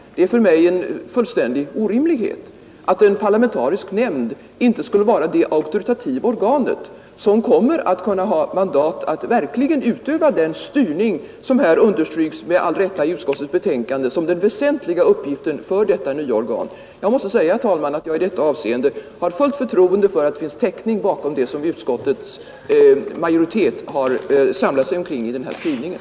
Det är för mig en fullständig orimlighet att en parlamentarisk nämnd inte skulle vara ett auktoritativt organ som kommer att ha mandat att verkligen utöva den styrning som i utskottets betänkande med all rätt understryks som den väsentliga uppgiften för detta nya organ. Jag måste säga, herr talman, att jag i det avseendet har fullt förtroende för att det finns teckning för det som utskottets majoritet har samlat sig omkring i den här skrivningen.